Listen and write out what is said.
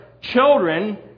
children